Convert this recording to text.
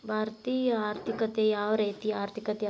ಭಾರತೇಯ ಆರ್ಥಿಕತೆ ಯಾವ ರೇತಿಯ ಆರ್ಥಿಕತೆ ಅದ?